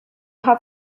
have